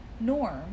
norm